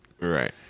Right